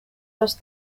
los